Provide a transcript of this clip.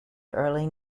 early